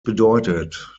bedeutet